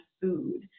food